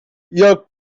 your